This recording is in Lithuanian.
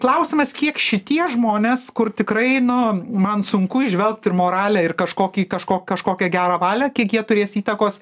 klausimas kiek šitie žmonės kur tikrai nu man sunku įžvelgt ir moralę ir kažkokį kažko kažkokią gerą valią kiek jie turės įtakos